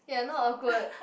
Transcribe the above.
ya not awkward